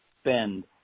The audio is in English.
spend